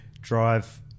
drive